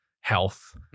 health